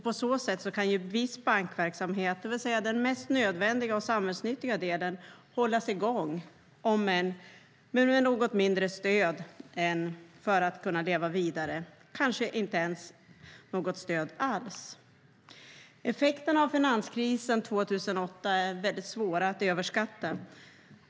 På så sätt kan viss bankverksamhet, det vill säga den mest nödvändiga och samhällsnyttiga delen, hållas i gång om än med något mindre stöd, kanske inte något stöd alls, för att kunna leva vidare. Effekterna av finanskrisen 2008 är väldigt svåra att överblicka.